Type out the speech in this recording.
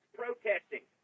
protesting